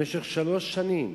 במשך שלוש שנים